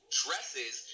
dresses